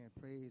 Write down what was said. Praise